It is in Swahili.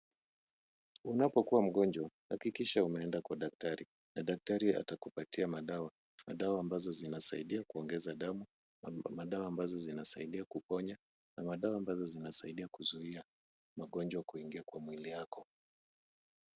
Unapokuwa mgonjwa hakikisha umeenda kwa daktari na daktari atakupatia madawa, madawa ambazo zinasaidia kuongeza damu, madawa ambazo zinasaidia kuponya na madawa ambazo zinasaidia kuzuia magonjwa kuingia kwa mwili yako.